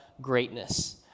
greatness